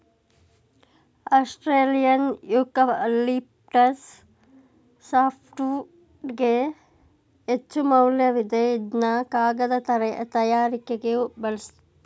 Australian eucalyptus ಸಾಫ್ಟ್ವುಡ್ಗೆ ಹೆಚ್ಚುಮೌಲ್ಯವಿದೆ ಇದ್ನ ಕಾಗದ ತಯಾರಿಕೆಗೆ ಬಲುಸ್ತರೆ